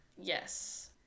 Yes